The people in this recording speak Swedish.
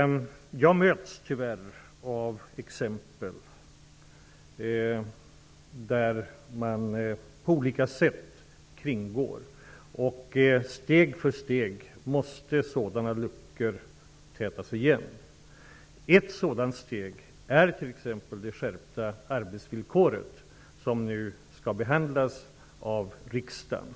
Tyvärr möts jag av exempel på att företag på olika sätt kringgår detta. Sådana luckor måste steg för steg fyllas igen. Ett sådant steg är t.ex. det skärpta arbetsvillkoret, som nu skall behandlas av riksdagen.